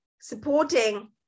supporting